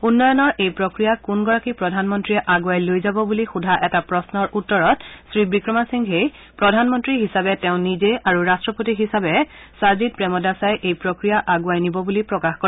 উন্নয়নৰ এই প্ৰক্ৰিয়া কোনগৰাকী প্ৰধানমন্ত্ৰীয়ে আগুৱাই লৈ যাব বুলি সোধা এটা প্ৰশ্নৰ উত্তৰত শ্ৰীবিক্ৰমাসিংঘেই প্ৰধানমন্ত্ৰী হিচাপে তেওঁ নিজে আৰু ৰাট্টপতি হিচাপে চাজিৎ প্ৰেমদাসাই এই প্ৰক্ৰিয়া আগুৱাই নিব বুলি প্ৰকাশ কৰে